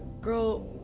girl